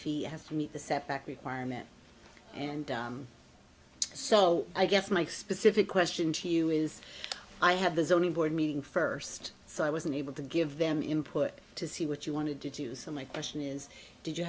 feet have to meet the setback requirement and so i guess my specific question to you is i have the zoning board meeting first so i wasn't able to give them input to see what you wanted to do so my question is did you